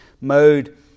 mode